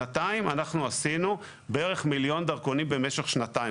שנתיים אנחנו עשינו בערך מיליון דרכונים במשך שנתיים.